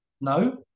No